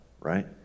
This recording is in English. right